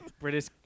British